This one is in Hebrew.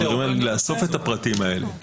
אנחנו מדברים על איסוף הפרטים האלה.